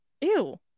Ew